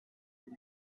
with